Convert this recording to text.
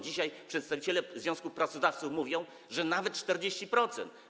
Dzisiaj przedstawiciele związku pracodawców mówią, że nawet o 40%.